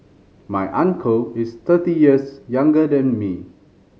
my uncle is thirty years younger than me